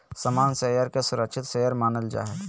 सामान्य शेयर के सुरक्षित शेयर मानल जा हय